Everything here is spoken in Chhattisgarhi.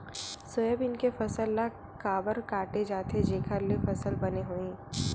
सोयाबीन के फसल ल काबर काटे जाथे जेखर ले फसल बने होही?